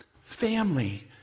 family